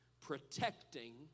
Protecting